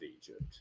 Egypt